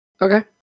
Okay